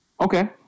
Okay